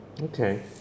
Okay